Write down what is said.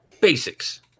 basics